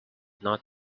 not